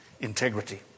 integrity